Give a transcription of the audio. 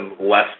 less